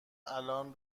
الان